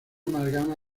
amalgama